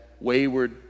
wayward